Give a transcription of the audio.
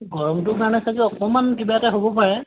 গৰমটোৰ কাৰণে চাগে অকণমান কিবা এটা হ'ব পাৰে